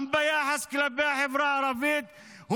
גם ביחס כלפי החברה הערבית.